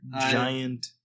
Giant